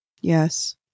Yes